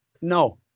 no